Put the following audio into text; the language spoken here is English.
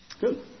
Good